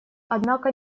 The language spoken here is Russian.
однако